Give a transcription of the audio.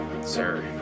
sir